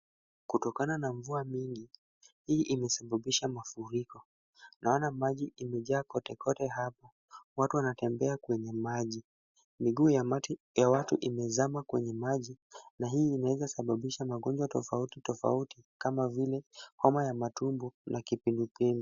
Kutokana na mvua mingi, hii imesababisha mafuriko, naona maji imejaa kote kote hapa. Watu wanatembea kwenye maji. Miguu ya watu imezama kwenye maji na hii inaweza sababisha magonjwa tofauti tofauti kama vile homa ya matumbo na kipindupindu.